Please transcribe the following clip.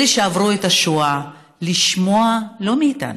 אלה שעברו את השואה, לשמוע לא מאיתנו,